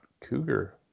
Cougar